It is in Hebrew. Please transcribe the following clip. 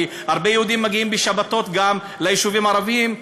כי הרבה יהודים מגיעים בשבתות גם ליישובים הערביים,